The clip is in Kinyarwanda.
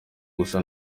gusa